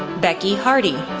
becky hardie,